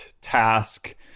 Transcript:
task